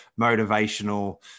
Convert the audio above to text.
motivational